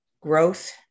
growth